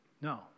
No